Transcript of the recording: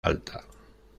alta